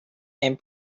and